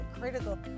critical